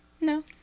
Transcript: No